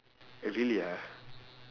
oh really ah